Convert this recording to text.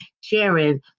sharing